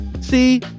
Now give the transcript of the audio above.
See